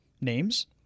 names